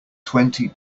twenty